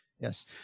Yes